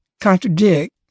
contradict